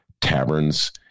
taverns